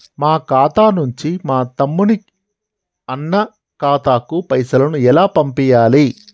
మా ఖాతా నుంచి మా తమ్ముని, అన్న ఖాతాకు పైసలను ఎలా పంపియ్యాలి?